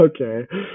okay